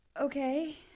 Okay